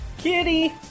Kitty